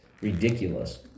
ridiculous